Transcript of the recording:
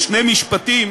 ובשני משפטים